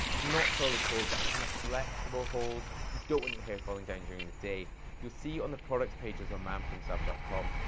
not solid hold, but a kind of flexible hold. you don't want your hair falling down during the day. you'll see on the product pages on manforhimself com,